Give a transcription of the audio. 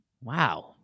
wow